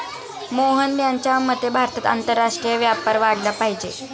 मोहन यांच्या मते भारतात आंतरराष्ट्रीय व्यापार वाढला पाहिजे